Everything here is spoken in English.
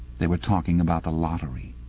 they were talking about the lottery.